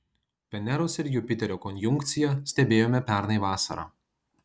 veneros ir jupiterio konjunkciją stebėjome pernai vasarą